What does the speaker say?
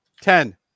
ten